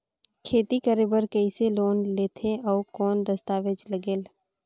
खेती करे बर कइसे लोन लेथे और कौन दस्तावेज लगेल?